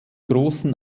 großen